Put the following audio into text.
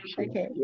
Okay